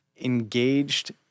engaged